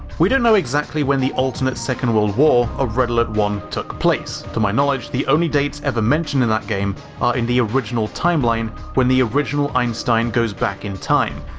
we don't know exactly when the alternate second world war of red alert one took place, to my knowledge the only dates ever mentioned in that game ah in the original timeline when the original einstein goes back in time,